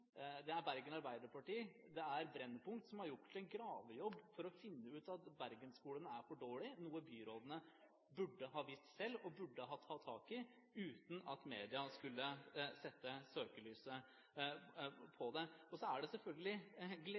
det er Bergen Arbeiderparti og det er Brennpunkt som har gjort en gravejobb for å finne ut at Bergen-skolene er for dårlige, noe byrådene burde ha visst selv og burde ha tatt tak i uten at media skulle sette søkelyset på det. Så er det selvfølgelig